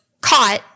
caught